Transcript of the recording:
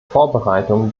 vorbereitungen